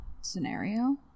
scenario